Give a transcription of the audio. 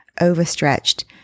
overstretched